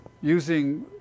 using